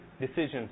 decisions